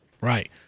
Right